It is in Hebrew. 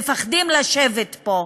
מפחדים לשבת פה,